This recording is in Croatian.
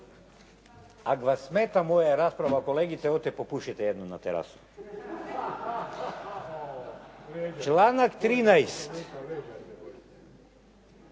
Ako vas smeta moja rasprava kolegice, odite si popušiti jednu na terasu. Članak 13.